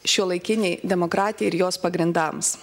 šiuolaikinei demokratijai ir jos pagrindams